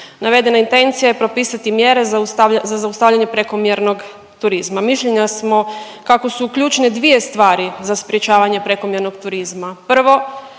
Navedena intencija je propisati mjere za zaustavljanje prekomjernog turizma. Mišljenja smo kako su ključne dvije stvari za sprječavanje prekomjernog turizma.